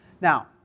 Now